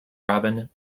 robin